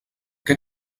què